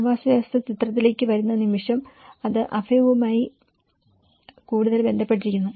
ആവാസവ്യവസ്ഥ ചിത്രത്തിലേക്ക് വരുന്ന നിമിഷം അത് അഭയവുമായി കൂടുതൽ ബന്ധപ്പെട്ടിരിക്കുന്നു